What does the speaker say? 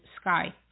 sky